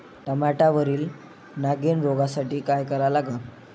टमाट्यावरील नागीण रोगसाठी काय करा लागन?